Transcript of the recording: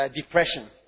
depression